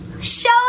show